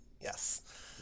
yes